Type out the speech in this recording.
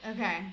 okay